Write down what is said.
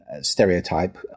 stereotype